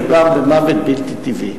מדובר במוות בלתי טבעי.